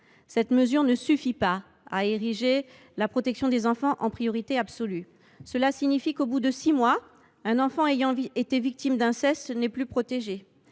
telle mesure ne suffit pas à ériger la protection des enfants en priorité absolue. Elle signifie qu’au bout de six mois un enfant victime d’inceste ne serait plus protégé